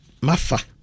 mafa